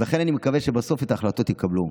אז לכן אני מקווה שבסוף, את ההחלטות יקבלו.